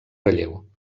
relleu